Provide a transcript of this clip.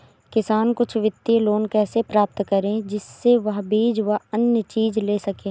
किसान कुछ वित्तीय लोन कैसे प्राप्त करें जिससे वह बीज व अन्य चीज ले सके?